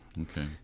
okay